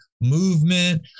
movement